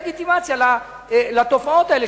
כשלתת לגיטימציה לתופעות האלה,